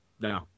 No